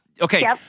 okay